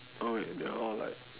oh wait they are all like